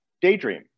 daydream